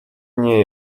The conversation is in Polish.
nie